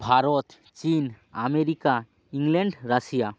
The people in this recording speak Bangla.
ভারত চীন আমেরিকা ইংল্যান্ড রাশিয়া